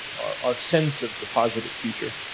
our sense of the positive future,